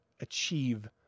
achieve